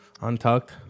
untucked